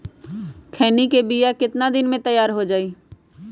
खैनी के बिया कितना दिन मे तैयार हो जताइए?